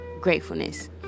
gratefulness